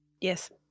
Yes